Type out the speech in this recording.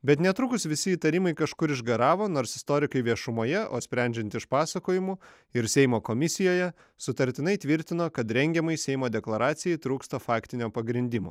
bet netrukus visi įtarimai kažkur išgaravo nors istorikai viešumoje o sprendžiant iš pasakojimų ir seimo komisijoje sutartinai tvirtino kad rengiamai seimo deklaracijai trūksta faktinio pagrindimo